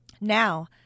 Now